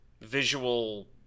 visual